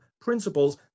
principles